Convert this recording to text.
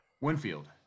Winfield